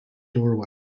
doorway